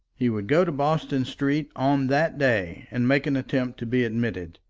he would go to bolton street on that day, and make an attempt to be admitted.